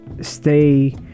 stay